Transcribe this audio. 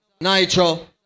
Nitro